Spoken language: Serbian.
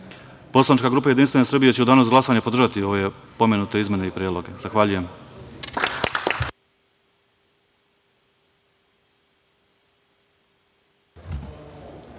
Srbije. Poslanička grupa Jedinstvene Srbije će u danu za glasanje podržati ove pomenute izmene i predloge. Zahvaljujem.